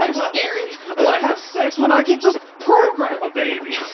um scary. why have sex when i can just program a baby.